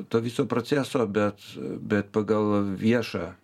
to viso proceso bet bet pagal viešą